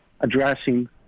addressing